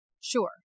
sure